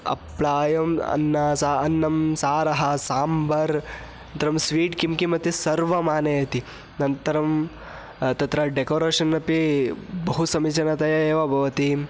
अप्ळ एवम् अन्नं सा अन्नं सारः साम्बर् अनन्तरं स्वीट् किं किमिति सर्वम् आनयति अनन्तरं तत्र डेकोरेशन् अपि बहु समीचीनतया एव भवति